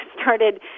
started